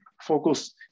focus